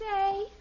say